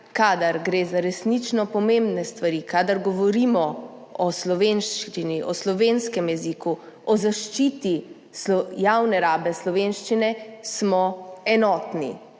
kadar gre za resnično pomembne stvari, kadar govorimo o slovenščini, o slovenskem jeziku, o zaščiti javne rabe slovenščine, smo enotni.